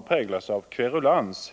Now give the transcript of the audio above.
präglats av kverulans.